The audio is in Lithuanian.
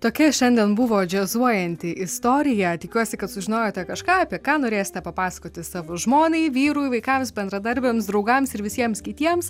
tokia šiandien buvo džiazuojanti istorija tikiuosi kad sužinojote kažką apie ką norėsite papasakoti savo žmonai vyrui vaikams bendradarbiams draugams ir visiems kitiems